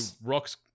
rocks